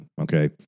Okay